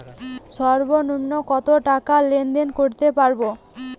সর্বনিম্ন কত টাকা লেনদেন করতে পারবো?